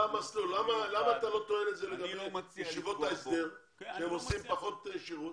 למה אתה לא טוען את זה לגבי ישיבות ההסדר שהם עושים פחות שירות?